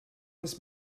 this